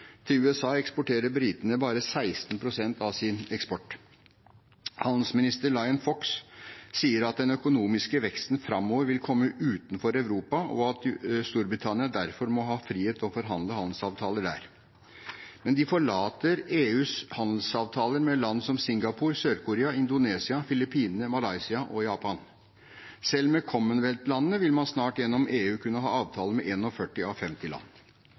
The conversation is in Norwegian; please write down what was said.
Til USA eksporterer britene bare 16 pst. av sin eksport. Handelsminister Liam Fox sier at den økonomiske veksten framover vil komme utenfor Europa, og at Storbritannia derfor må ha frihet til å forhandle handelsavtaler der. Men de forlater EUs handelsavtaler med land som Singapore, Sør-Korea, Indonesia, Filippinene, Malaysia og Japan. Selv med Commonwealth-landene vil man snart gjennom EU kunne ha avtaler med 41 av 50 land.